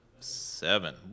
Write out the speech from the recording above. Seven